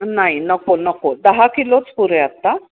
नाही नको नको दहा किलोच पुरे आता